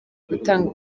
gutanga